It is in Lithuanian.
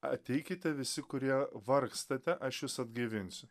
ateikite visi kurie vargstate aš jus atgaivinsiu